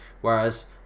Whereas